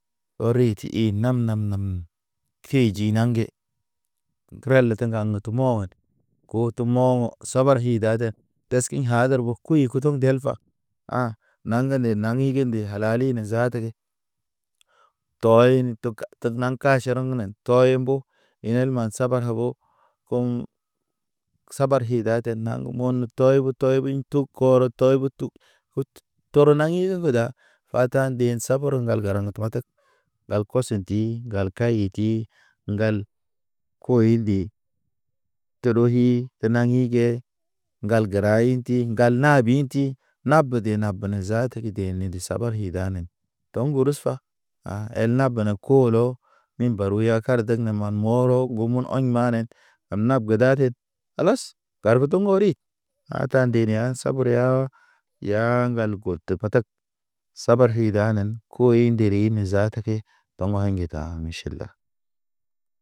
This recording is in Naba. Ɔri ti i nam- nam nam- nam, key ji na nge ruwel ke ŋgaŋget mɔɲ. O te mo̰, sabar ki daden deski hadar bo kuyo kuten gel ba. A̰ naŋge ne naŋgi ndi halali ŋgata ke, tɔyin təka tek na kaʃraŋ naŋ tɔye mbo. Yel ma saba kabo, kɔŋ. Sabar ki daten naŋ mɔn tɔy be tɔy biɲ tub kɔ, kɔrə tɔy be tub. Kut toro naŋi he heda, wata nden sabur ŋgal ŋgaraŋ matak. Ŋgal kɔsɔ dim ŋgal kayedi, ŋgal koyedi, toɗeyi te naŋi ge. Ŋgal gəra inti, ŋgal nabi inti. Na bede na nabene zaata ke. De ni de sabar hi da ne. Do̰ ŋgurus fa, A̰ el na bana koolo, min baru ya kar dagna ma morɔg, gumun ɔɲi manen. Ab na ge daden, kalas. Gar ge toŋgo ri, a ta nde neya sabur ya ŋgal kotə patak. Sabar hi danen, koyi i ndiri ne zaata ke. Toŋgo̰ ngeta miʃil da